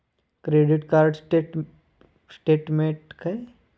Credit card statement मला व्हॉट्सऍपवर मिळू शकेल का?